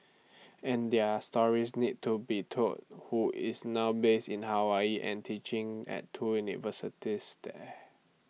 and their stories needed to be told who is now based in Hawaii and teaching at two universities there